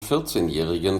vierzehnjährigen